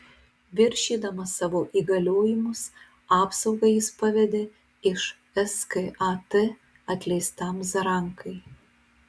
viršydamas savo įgaliojimus apsaugą jis pavedė iš skat atleistam zarankai